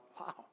wow